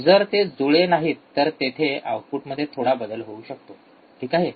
जर ते जुळे नाहीत तर तेथे आउटपुट मध्ये थोडा बदल होऊ शकतो ठीक आहे